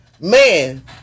man